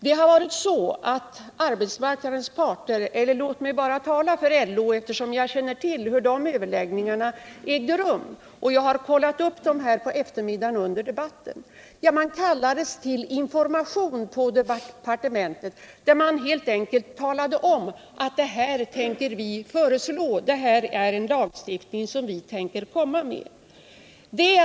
Det har gått till så att arbetsmarknadens parter — eller låt mig bara tala för LÖ. eftersom jag känner till hur de överläggningarna gick ull: jag har också kollat upp detta under debattens gång på eftermiddagen — kallades vill information på departementet. där det helt enkelt sades ifrån att detta tänker vi föreslå, detta är en lagstiftning som vi tänker lägga fram förslag om.